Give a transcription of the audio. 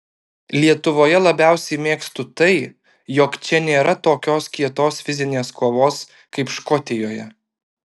lietuvoje labiausiai mėgstu tai jog čia nėra tokios kietos fizinės kovos kaip škotijoje